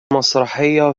المسرحية